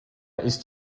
ist